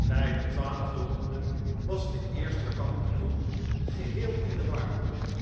bij de twaalfde ronde wasde eerste kampioen geheel in de war